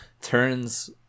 turns